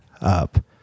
up